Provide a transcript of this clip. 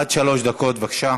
עד שלוש דקות, בבקשה.